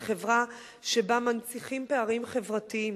היא חברה שבה מנציחים פערים חברתיים.